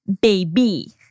Baby